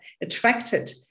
attracted